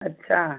अच्छा